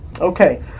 Okay